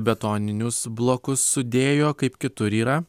betoninius blokus sudėjo kaip kitur yra